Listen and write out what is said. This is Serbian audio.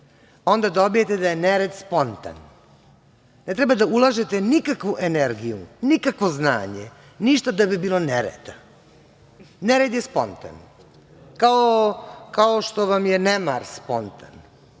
onda dobijete da je nered spontan. Ne treba da ulažete nikakvu energiju, nikakvo znanje, ništa da bi bilo nereda, nered je spontan, kao što vam je nemar spontan.